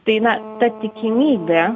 tai na ta tikimybė